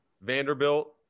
Vanderbilt